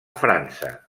frança